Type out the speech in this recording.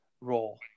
role